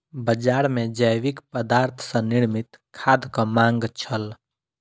बजार मे जैविक पदार्थ सॅ निर्मित खादक मांग छल